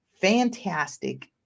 fantastic